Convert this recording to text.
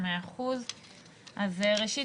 ראשית,